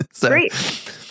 great